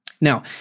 Now